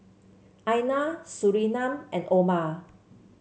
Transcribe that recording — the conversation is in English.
Aina Surinam and Omar